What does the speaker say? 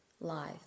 life